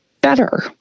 better